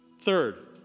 Third